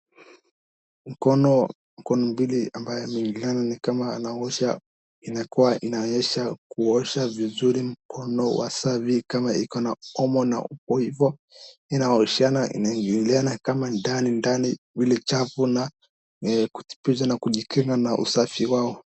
Mkono, mkono mbili ambayo imeingiliana ni kama anaosha, inakuwa inaonyesha kuosha vizuri mkono wa safi kama iko na omo na hivo inaoshana na inaingiliana ndanindani vile chafu na kujikinga na usafi wao.